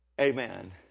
amen